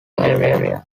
area